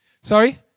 Sorry